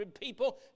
people